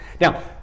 Now